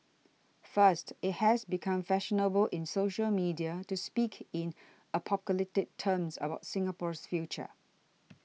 first it has become fashionable in social media to speak in apocalyptic terms about Singapore's future